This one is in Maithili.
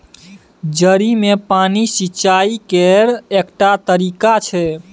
जड़ि मे पानि सिचाई केर एकटा तरीका छै